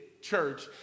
church